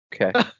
Okay